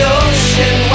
ocean